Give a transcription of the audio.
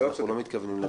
כי אנחנו לא מתכוונים להגיע.